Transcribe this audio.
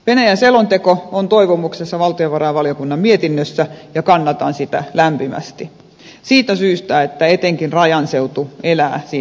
venäjä selonteko on toivomuksessa valtiovarainvaliokunnan mietinnössä ja kannatan sitä lämpimästi siitä syystä että etenkin rajan seutu elää venäjästä